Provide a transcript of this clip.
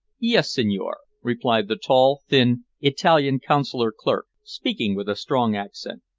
yes, signore, replied the tall, thin italian consular-clerk, speaking with a strong accent.